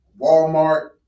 Walmart